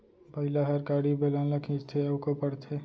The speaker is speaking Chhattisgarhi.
बइला हर गाड़ी, बेलन ल खींचथे अउ कोपरथे